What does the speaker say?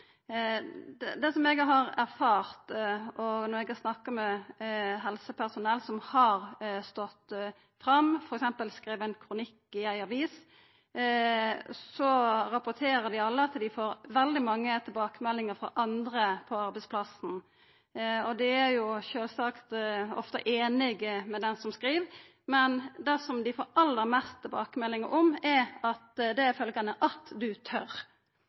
spørsmåla. Det som eg har erfart når eg har snakka med helsepersonell som har stått fram og f.eks. skrive ein kronikk i ei avis, er at alle rapporterer at dei får veldig mange tilbakemeldingar frå andre på arbeidsplassen. Dei er sjølvsagt ofte einige med dei som skriv, men det dei som skriv, får aller mest tilbakemeldingar om, er: At du tør! Det er informasjon som gjer meg veldig uroleg. Eg trur at